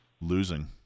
losing